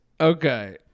okay